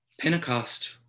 Pentecost